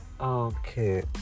Okay